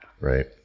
right